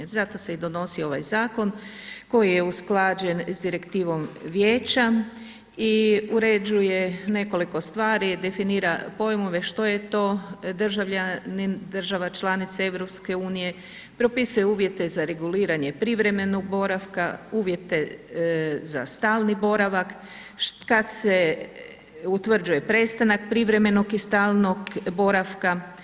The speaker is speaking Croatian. Zato se i donosi ovaj zakon koji je usklađen sa direktivom Vijeća i uređuje nekoliko stvari, definira pojmove što je to državljanin država članica EU, propisuje uvjete za reguliranje privremenog boravka, uvjete za stalni boravak, kad se utvrđuje prestanak privremenog i stalnog boravka.